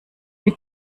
mit